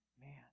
man